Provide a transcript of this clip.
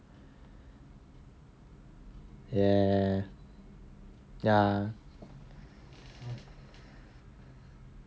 ya ya